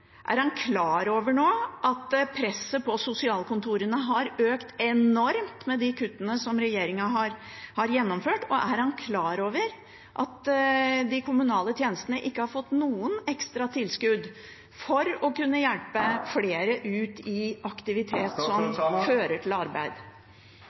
Er han klar over at presset på sosialkontorene har økt enormt med de kuttene som regjeringen har gjennomført? Er han klar over at de kommunale tjenestene ikke har fått noen ekstra tilskudd for å kunne hjelpe flere ut i aktivitet som